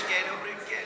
יש כאלה שאומרים כן.